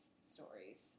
stories